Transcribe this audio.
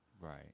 Right